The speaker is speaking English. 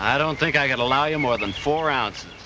i don't think i get allow you more than four ounces